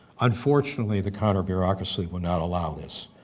unfortunately the counter-bureaucracy will not allow this.